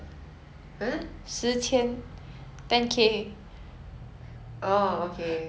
okay but if you had to do something selfish with it and like spend it on yourself not invest